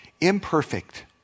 Imperfect